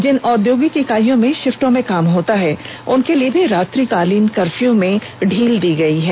जिन औद्योगिक इकाइयों में शिफ्टों में काम होता है उनके लिए भी रात्रिकालीन कर्फ्यू में ढील दी गई है